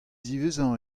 ziwezhañ